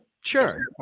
sure